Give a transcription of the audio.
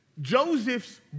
Joseph's